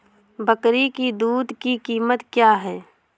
बकरी की दूध की कीमत क्या है?